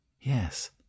Yes